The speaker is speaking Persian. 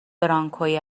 برانکوی